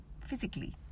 physically